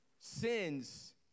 Sins